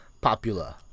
popular